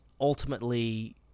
ultimately